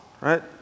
right